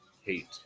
hate